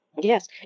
Yes